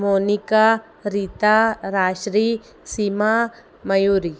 Monika Rita Raj Shri Seema Mayuri